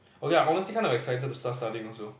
okay I'm honestly kinda excited to start studying also